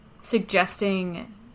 suggesting